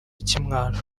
ikimwaro